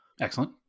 Excellent